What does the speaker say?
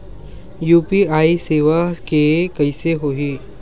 UPI सेवा के कइसे होही?